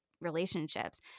relationships